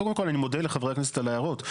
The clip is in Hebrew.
קודם כל אני מודה לחברי הכנסת על ההערות.